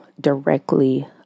directly